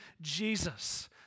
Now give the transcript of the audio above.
Jesus